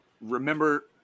remember